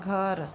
घर